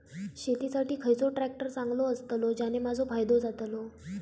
शेती साठी खयचो ट्रॅक्टर चांगलो अस्तलो ज्याने माजो फायदो जातलो?